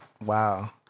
Wow